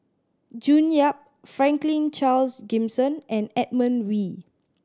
June Yap Franklin Charles Gimson and Edmund Wee